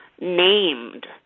named